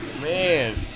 Man